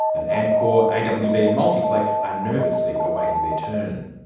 and amcor, awb and multiplex are nervously awaiting their turn.